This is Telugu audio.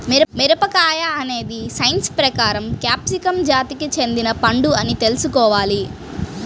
మిరపకాయ అనేది సైన్స్ ప్రకారం క్యాప్సికమ్ జాతికి చెందిన పండు అని తెల్సుకోవాలి